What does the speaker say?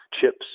chips